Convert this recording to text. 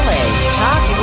Talk